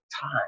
time